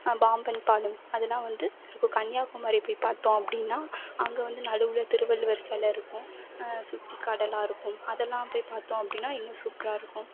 பாம்பன் பாலம் அதெலாம் வந்து இப்போ கன்னியாக்குமரியை போய் பார்த்தோம் அப்படினா அங்கே வந்து நடுவில் திருவள்ளுவர் சிலை இருக்கும் சுற்றி கடலாக இருக்கும் அதெலாம் போய் பார்த்தோம் அப்படினா இன்னும் சூப்பராக இருக்கும்